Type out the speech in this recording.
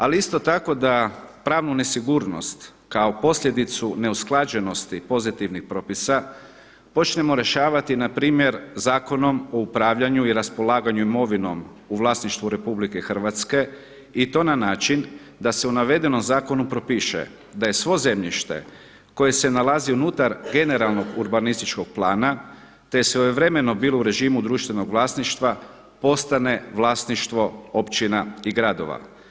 Ali isto tako da pravnu nesigurnost kao posljedicu neusklađenosti pozitivnih propisa počnemo rješavati na primjer Zakonom o upravljanju i raspolaganju imovinom u vlasništvu Republike Hrvatske i to na način da se u navedenom zakonu propiše da je svo zemljište koje se nalazi unutar generalnog urbanističkog plana, te je svojevremeno bilo u režimu društvenog vlasništva postane vlasništvo općina i gradova.